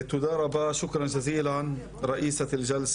תודה רבה, (עובר לשפה הערבית, להלן תרגום חופשי)